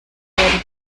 werden